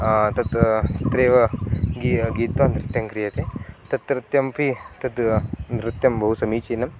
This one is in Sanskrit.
तत् अत्रैव गी गीत्वा नृत्यं क्रियते तत् नृत्यमपि तत् नृत्यं बहु समीचीनं